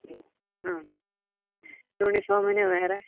ആ യൂണിഫോമിന് വേറെ